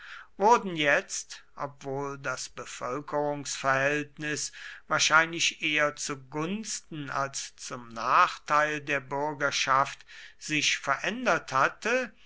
wurden jetzt obwohl das bevölkerungsverhältnis wahrscheinlich eher zu gunsten als zum nachteil der bürgerschaft sich verändert hatte